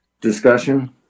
discussion